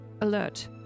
alert